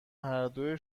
هردو